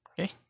okay